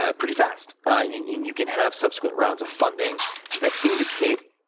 ah pretty fast and you can have subsequent rounds of funding that indicate,